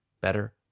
better